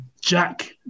Jack